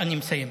אני מסיים.